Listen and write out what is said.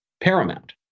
paramount